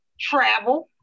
travel